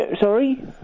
sorry